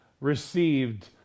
received